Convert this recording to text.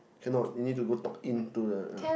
cannot you need to go talk in to the